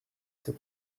ses